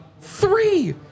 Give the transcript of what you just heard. three